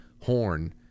horn